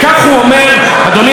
אדוני היושב-ראש,